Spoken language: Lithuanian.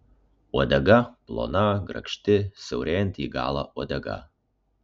uodega plona grakšti siaurėjanti į galą uodega